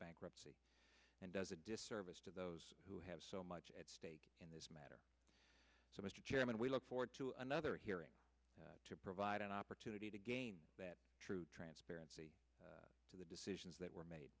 bankruptcy and does a disservice to those who have so much at stake in this matter so mr chairman we look forward to another hearing to provide an opportunity to gain that true transparency to the decisions that were made